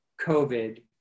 COVID